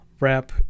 wrap